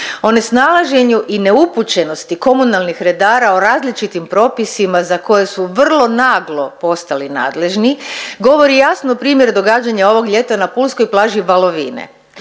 O nesnalaženju i neupućenosti komunalnih redara o različitim propisima za koje su vrlo naglo postali nadležni govori jasno primjer događanja ovog ljeta na pulskoj plaži Valovine.